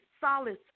solace